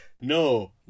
No